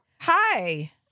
Hi